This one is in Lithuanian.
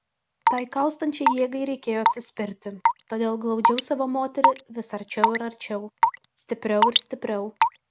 tai kaustančiai jėgai reikėjo atsispirti todėl glaudžiau savo moterį vis arčiau ir arčiau stipriau ir stipriau